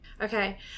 Okay